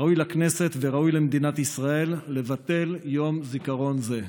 ראוי לכנסת וראוי למדינת ישראל לבטל יום זיכרון זה.